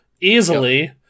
Easily